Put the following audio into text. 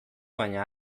baina